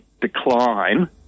decline